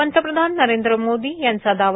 पंतप्रधान नरेंद्र मोदी यांचा दावा